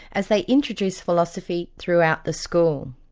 as they introduce philosophy throughout the school.